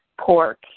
pork